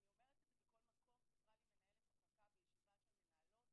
אני אומרת את זה בכל מקום: סיפרה לנו מנהלת מחלקה בישיבה של מנהלות,